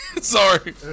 Sorry